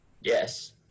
Yes